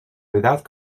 without